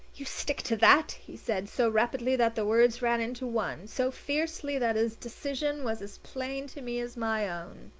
you stick to that? he said, so rapidly that the words ran into one, so fiercely that his decision was as plain to me as my own.